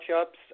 ups